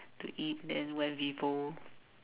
to eat then went Vivo